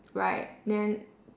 right then